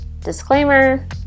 disclaimer